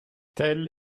tel